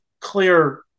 clear